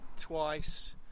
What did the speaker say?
twice